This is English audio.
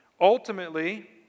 Ultimately